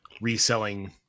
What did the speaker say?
reselling